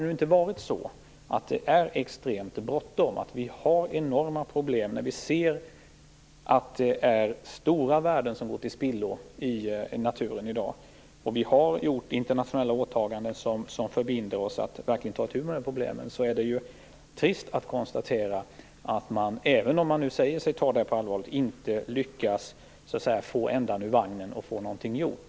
När det är extremt bråttom, när vi har enorma problem, när vi ser att stora värden går till spillo i naturen i dag och när vi har gjort internationella åtaganden som förbinder oss att verkligen ta itu med problemen är det trist att konstatera att man, även om man nu säger sig ta detta allvarligt, inte lyckas få ändan ur vagnen och få någonting gjort.